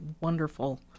wonderful